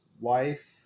wife